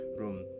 Room